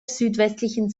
südwestlichen